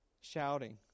shouting